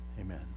Amen